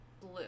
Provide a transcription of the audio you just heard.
blue